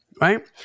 Right